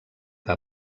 que